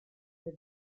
the